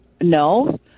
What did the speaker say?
no